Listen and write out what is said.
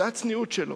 זו הצניעות שלו.